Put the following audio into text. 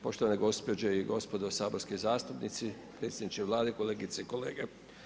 Poštovane gospođe i gospodo saborski zastupnici, predsjedniče Vlade, kolegice i kolege.